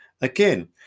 again